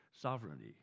sovereignty